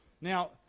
Now